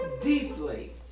deeply